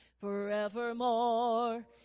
Forevermore